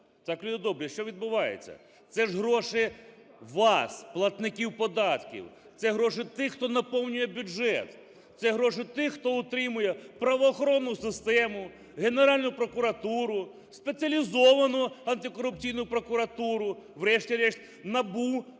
Так, люди добрі, що відбувається? Це ж гроші вас, платників податків, це гроші тих, хто наповнює бюджет, це гроші тих, хто утримує правоохоронну систему, Генеральну прокуратуру, Спеціалізовану антикорупційну прокуратуру, врешті-решт НАБУ,